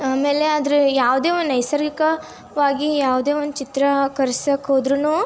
ಆಮೇಲೆ ಅದ್ರ ಯಾವುದೇ ಒಂದು ನೈಸರ್ಗಿಕ ವಾಗಿ ಯಾವುದೇ ಒಂದು ಚಿತ್ರ ಕರ್ಸಕ್ಕೆ ಹೋದರೂನು